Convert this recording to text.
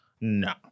no